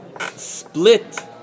split